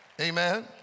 Amen